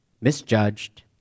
misjudged